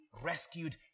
rescued